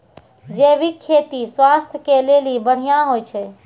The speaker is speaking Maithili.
जैविक खेती स्वास्थ्य के लेली बढ़िया होय छै